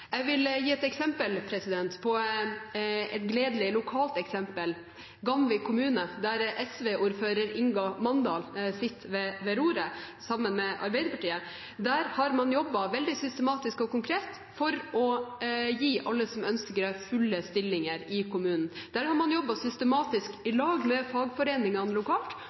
Jeg vil gi et eksempel, et gledelig lokalt eksempel, nemlig Gamvik kommune, der SV-ordfører Inga Manndal sitter ved roret – sammen med Arbeiderpartiet. Der har man jobbet veldig systematisk og konkret for å gi alle som ønsker det, fulle stillinger i kommunen. Man har jobbet systematisk i lag med fagforeningene lokalt